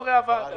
חברי הוועדה.